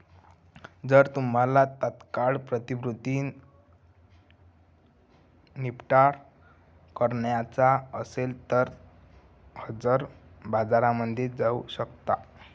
जर तुम्हाला तात्काळ प्रतिभूती निपटारा करायचा असेल तर हजर बाजारामध्ये जाऊ शकता